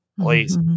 Please